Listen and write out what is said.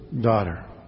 daughter